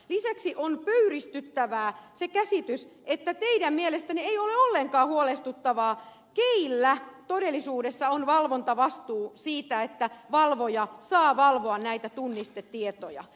lisäksi on pöyristyttävä se käsitys että teidän mielestänne ei ollenkaan huolestuttavaa keillä todellisuudessa on valvontavastuu siitä että valvoja saa valvoa näitä tunnistetietoja